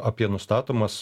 apie nustatomas